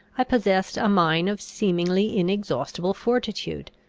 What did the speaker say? i possessed a mine of seemingly inexhaustible fortitude,